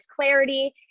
clarity